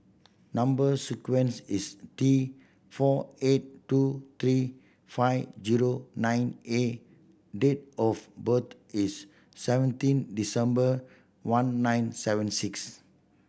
number sequence is T four eight two three five zero nine A date of birth is seventeen December one nine seven six